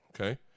Okay